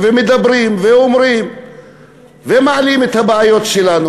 מדברים ואומרים ומעלים את הבעיות שלנו.